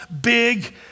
big